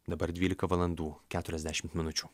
dabar dvylika valandų keturiasdešimt minučių